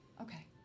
Okay